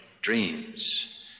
dreams